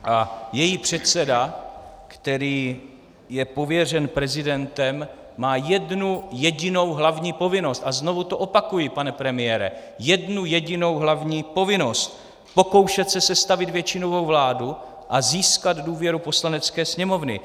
A její předseda, který je pověřen prezidentem, má jednu jedinou hlavní povinnost a znovu to opakuji, pane premiére, jednu jedinou hlavní povinnost pokoušet se sestavit většinovou vládu a získat důvěru Poslanecké sněmovny.